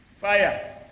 Fire